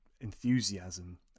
enthusiasm